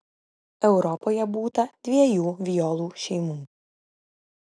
europoje būta dviejų violų šeimų